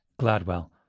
Gladwell